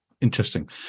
interesting